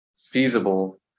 feasible